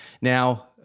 Now